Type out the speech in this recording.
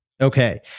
Okay